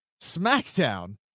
SmackDown